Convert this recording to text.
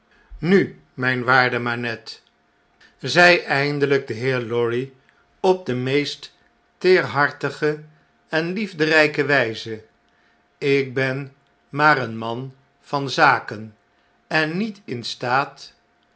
nu mijn waarde manette zei eindelyk de heer lorry op de meest teerhartige en liefderyke wyze ik ben maar een man van zaken en niet in staat